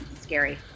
scary